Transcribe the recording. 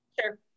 sure